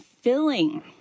filling